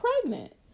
pregnant